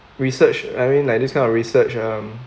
research I mean like this kind of research um